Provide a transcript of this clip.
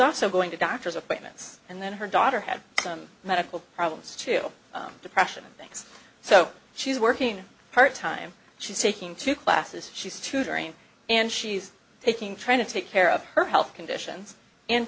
also going to doctor's appointments and then her daughter had some medical problems to depression thanks so she's working part time she's taking two classes she's tutoring and she's taking trying to take care of her health conditions and